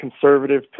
conservative